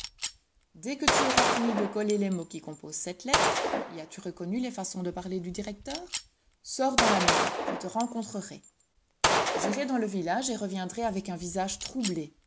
dès que tu auras fini de coller les mots qui composent cette lettre y as-tu reconnu les façons de parler du directeur sors dans la maison je te rencontrerai j'irai dans le village et reviendrai avec un visage troublé